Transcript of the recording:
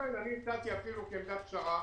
ולכן אני הצעתי אפילו כעמדת פשרה